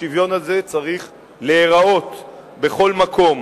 השוויון הזה צריך להיראות בכל מקום,